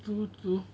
true true